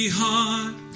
heart